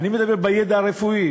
אני מדבר על ידע הרפואי.